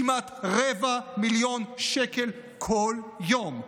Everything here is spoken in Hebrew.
כמעט רבע מיליון שקל כל יום.